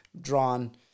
drawn